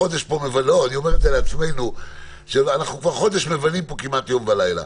אנחנו כבר חודש מבלים פה כמעט יום ולילה.